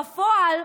בפועל,